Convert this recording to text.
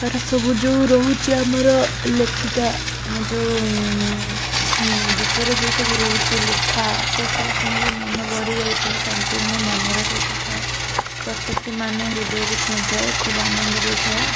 ତା'ର ସବୁ ଯେଉଁ ରହୁଛି ଆମର ଲେଖିକା ଆମ ଯେଉଁ ସେ ଗୀତର ଯେଉଁ ସବୁ ରହୁଛି ଲେଖା ସେସବୁ ଶୁଣିଲେ ମନ ଭରି ଯାଇଥାଏ ସମ୍ପୂର୍ଣ୍ଣ ମାନେର ସହିତ ଥାଏ ପ୍ରତ୍ୟେକଟି ମାନେ ହୃଦୟକୁ ଛୁଇଁଥାଏ ଖୁବ ଆନନ୍ଦ ଦେଇଥାଏ